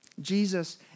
Jesus